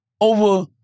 over